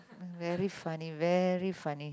very funny very funny